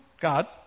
God